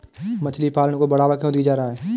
मछली पालन को बढ़ावा क्यों दिया जा रहा है?